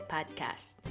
Podcast